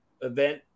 event